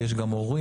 ויש גם הורים,